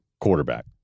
quarterback